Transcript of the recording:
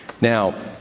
Now